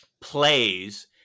plays